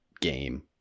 game